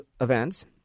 events